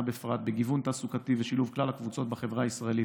בפרט בגיוון תעסוקתי ושילוב כלל הקבוצות בחברה הישראלית,